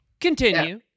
Continue